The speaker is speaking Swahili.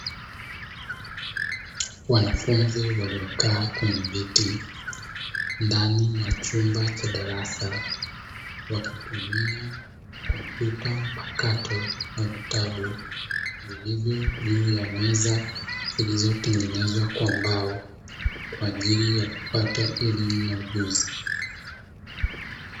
Wanafunzi waliokaa kwenye viti ndani ya chumba cha darasa wakitumia kompyuta mpakato na vitabu, vilivyo juu ya meza zizlizotengenezwa kwa mbao kwa ajili ya kupata elimu na ujuzi.